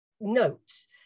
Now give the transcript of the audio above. notes